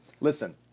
Listen